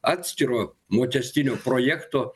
atskiro mokestinio projekto